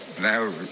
now